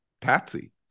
patsy